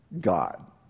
God